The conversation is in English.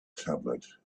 tablet